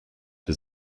his